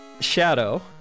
Shadow